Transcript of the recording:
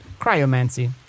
cryomancy